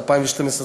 ב-2012,